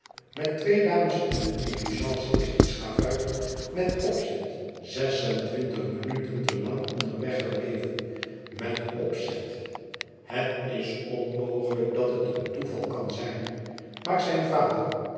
met twee dames in de diligence is die schavuit met opzet zes en twintig minuten te lang onderweg gebleven met opzet het is onmogelijk dat het een toeval kan zijn maar zijn vader